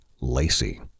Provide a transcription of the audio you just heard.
Lacey